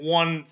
one